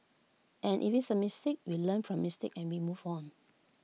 and if it's A mistake we learn from mistakes and we move on